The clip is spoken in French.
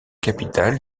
capitale